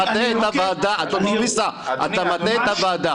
אדון סויסא, אתה מטעה את הוועדה.